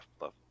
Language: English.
love